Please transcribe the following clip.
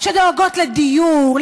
שדואגות לדיור,